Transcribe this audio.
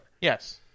Yes